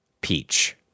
Peach